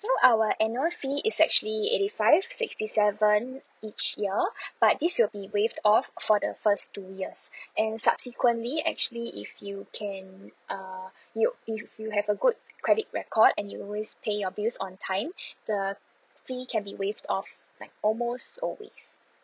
so our annual fee is actually eighty five sixty seven each year but this will be waived off for the first two years and subsequently actually if you can uh you if you have a good credit record and you always pay your bills on time the fee can be waived off like almost always